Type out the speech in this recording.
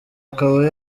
akaba